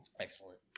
excellent